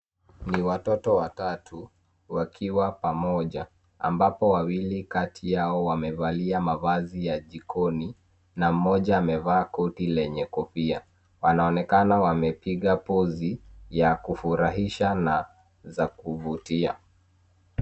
Ni watoto watatu wakiwa pamoja, ambapo wawili kati yao wamevalia mavazi ya jikoni, na mmoja amevaa koti lenye kofia. Wanaonekana wamepiga pozi, ya kufurahisha na za kuvutia.